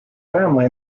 family